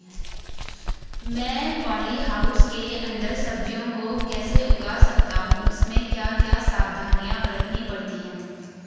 मैं poly house के अन्दर सब्जियों को कैसे उगा सकता हूँ इसमें क्या क्या सावधानियाँ बरतनी पड़ती है?